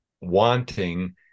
wanting